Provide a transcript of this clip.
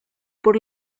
por